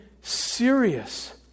serious